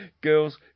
Girls